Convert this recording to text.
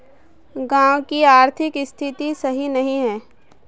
गाँव की आर्थिक स्थिति सही नहीं है?